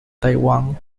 taiwán